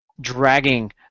dragging